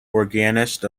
organist